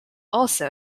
also